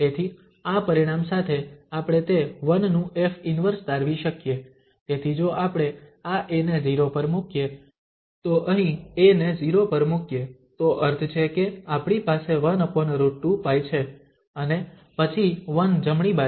તેથી આ પરિણામ સાથે આપણે તે 1 નું F 1 તારવી શકીએ તેથી જો આપણે આ a ને 0 પર મૂકીએ તો અહીં a ને 0 પર મૂકીએ તો અર્થ છે કે આપણી પાસે 1√2π છે અને પછી 1 જમણી બાજુ છે